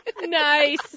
Nice